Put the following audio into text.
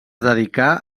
dedicà